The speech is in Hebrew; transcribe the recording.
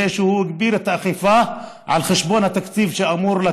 שהוא הגביר את האכיפה על חשבון התקציב שאמור,